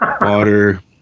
water